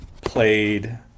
played